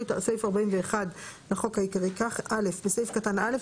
את סעיף 41 לחוק העיקרי כך: בסעיף קטן (א),